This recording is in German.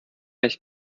ich